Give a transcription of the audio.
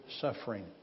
suffering